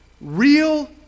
Real